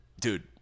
dude